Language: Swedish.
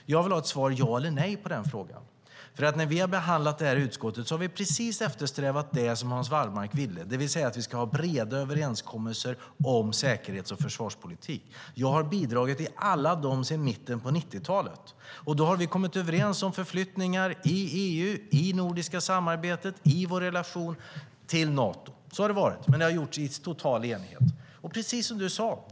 Jag vill ha ett jasvar eller ett nejsvar på denna fråga. När vi har behandlat detta i utskottet har vi nämligen eftersträvat precis det Hans Wallmark ville, det vill säga att vi ska ha breda överenskommelser om säkerhets och försvarspolitik. Jag har bidragit i alla dessa sedan mitten av 1990-talet, och då har vi kommit överens om förflyttningar i EU, i det nordiska samarbetet och i vår relation till Nato. Så har det varit. Detta har gjorts i total enighet, precis som du sade.